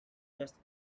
just